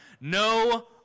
No